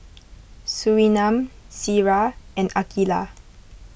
Surinam Syirah and Aqilah